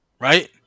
right